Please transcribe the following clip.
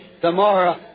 tomorrow